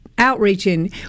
Outreaching